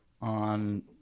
on